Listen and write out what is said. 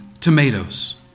tomatoes